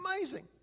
amazing